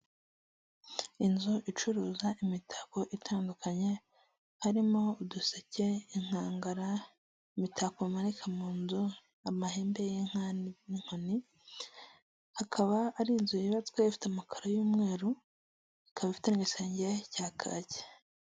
Inzu icuruza imitako itandukanye harimo uduseke, inkangara, imitako bamanika mu nzu, amahembe y'inka n'inkoni, akaba ari inzu yubatswe ifite amakaro y'umweru, ikaba ifite n'igisenge cya kaki.